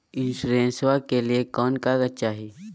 इंसोरेंसबा के लिए कौन कागज चाही?